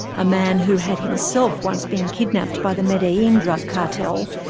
a man who had himself once been kidnapped by the medellin drug cartel,